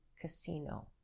casino